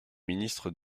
ministre